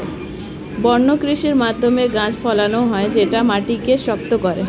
বন্য কৃষির মাধ্যমে গাছ ফলানো হয় যেটা মাটিকে শক্ত করে